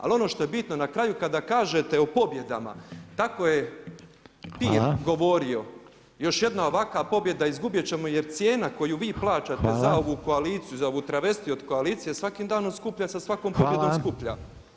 Ali ono što je bitno na kraju kada kažete o pobjedama, tako je [[Upadica Reiner: Hvala.]] govorio, još jedna ovakva pobjeda izgubjet ćemo jer cijena koju vi plaćate za ovu koaliciju [[Upadica Reiner: Hvala.]] za ovu travestiju od koalicije svakim danom skuplje sa svakom pobjedom skuplja.